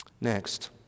Next